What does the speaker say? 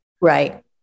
Right